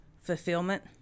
fulfillment